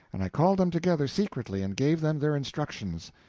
and i called them together secretly and gave them their instructions.